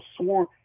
swarm